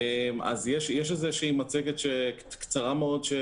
יש מצגת קצרה מאוד.